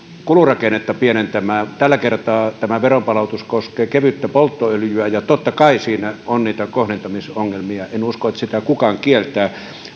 kulurakennetta pienentämään tällä kertaa tämä veronpalautus koskee kevyttä polttoöljyä ja totta kai siinä on niitä kohdentamisongelmia en usko että sitä kukaan kieltää